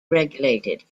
regulated